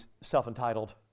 self-entitled